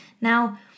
Now